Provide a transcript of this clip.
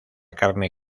carne